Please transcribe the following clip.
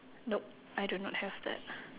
nope I do not have that